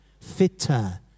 fitter